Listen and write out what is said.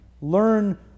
Learn